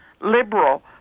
liberal